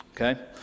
Okay